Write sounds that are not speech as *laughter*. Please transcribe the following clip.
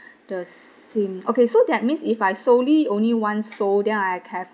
*breath* the same okay so that means if I solely only want seoul then I can have